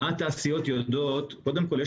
קודם כל,